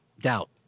doubt